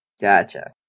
Gotcha